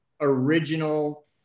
original